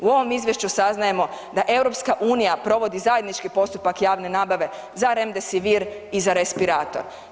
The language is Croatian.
U ovom izvješću saznajemo da EU provodi zajednički postupak javne nabave za Remdesivir i za respirator.